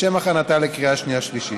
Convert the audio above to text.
לשם הכנתה לקריאה שנייה ושלישית.